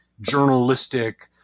journalistic